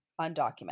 undocumented